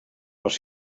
els